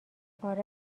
آره